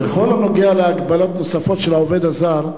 בכל הנוגע להגבלות נוספות של העובד הזר,